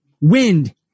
wind